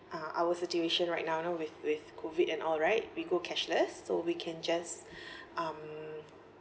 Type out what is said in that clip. uh our situation right now you know with with COVID and all right we go cashless so we can just um